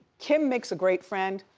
kim makes a great friend,